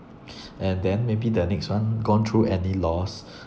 and then maybe the next one gone through any loss